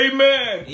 Amen